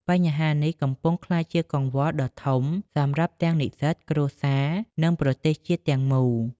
បញ្ហានេះកំពុងក្លាយជាកង្វល់ដ៏ធំសម្រាប់ទាំងនិស្សិត គ្រួសារ និងប្រទេសជាតិទាំងមូល។